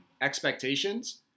expectations